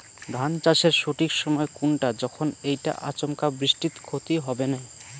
ধান চাষের সঠিক সময় কুনটা যখন এইটা আচমকা বৃষ্টিত ক্ষতি হবে নাই?